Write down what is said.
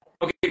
Okay